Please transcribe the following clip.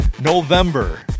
November